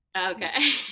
Okay